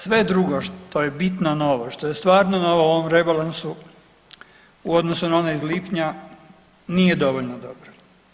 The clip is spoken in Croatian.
Sve drugo što je bitno novo, što je stvarno novo u ovom rebalansu u odnosu na onaj iz lipnja nije dovoljno dobro.